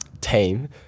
team